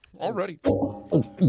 already